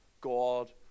God